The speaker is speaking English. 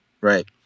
Right